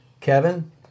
Kevin